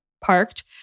parked